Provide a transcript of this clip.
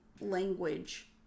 language